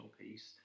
piece